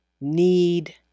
need